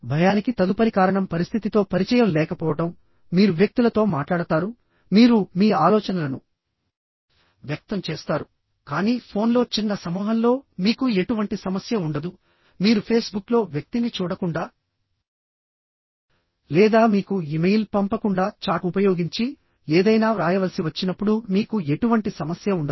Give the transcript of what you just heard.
భయానికి తదుపరి కారణం పరిస్థితితో పరిచయం లేకపోవడం మీరు వ్యక్తులతో మాట్లాడతారు మీరు మీ ఆలోచనలను వ్యక్తం చేస్తారు కానీ ఫోన్లో చిన్న సమూహంలో మీకు ఎటువంటి సమస్య ఉండదు మీరు ఫేస్బుక్లో వ్యక్తిని చూడకుండా లేదా మీకు ఇమెయిల్ పంపకుండా చాట్ ఉపయోగించి ఏదైనా వ్రాయవలసి వచ్చినప్పుడు మీకు ఎటువంటి సమస్య ఉండదు